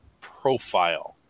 profile